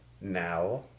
now